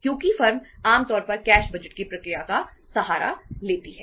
क्योंकि फर्म आमतौर पर कैश बजट की प्रक्रिया का सहारा लेती हैं